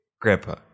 Grandpa